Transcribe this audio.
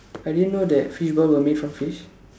I didn't know that fishball were made from fish